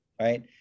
right